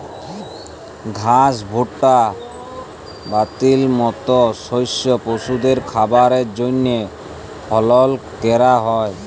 ঘাস, ভুট্টা, বার্লির মত শস্য পশুদের খাবারের জন্হে ফলল ক্যরা হ্যয়